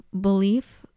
belief